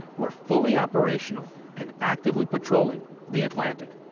were fully operational and actively patrolling the atlantic.